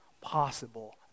possible